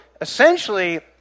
essentially